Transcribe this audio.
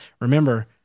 Remember